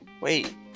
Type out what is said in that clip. wait